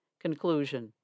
Conclusion